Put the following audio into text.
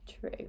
true